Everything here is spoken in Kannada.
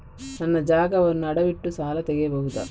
ನನ್ನ ಜಾಗವನ್ನು ಅಡವಿಟ್ಟು ಸಾಲ ತೆಗೆಯಬಹುದ?